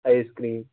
آیِس cream